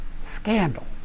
scandal